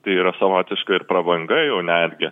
tai yra savotiška ir prabanga jau netgi